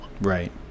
Right